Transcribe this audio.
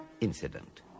incident